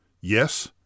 Yes